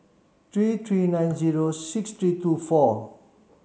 three three nine zero six three two four